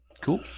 Cool